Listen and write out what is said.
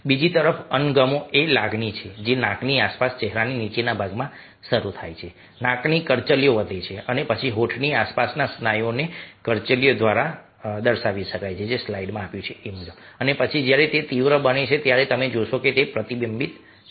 બીજી તરફ અણગમો એ લાગણી છે જે નાકની આસપાસ ચહેરાના નીચેના ભાગમાં શરૂ થાય છે નાકની કરચલીઓ વધે છે અને પછી હોઠની આસપાસના સ્નાયુઓની કરચલીઓ થાય છે અને પછી જ્યારે તે તીવ્ર બને છે ત્યારે તમે જોશો કે તે પ્રતિબિંબિત થાય છે